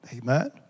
Amen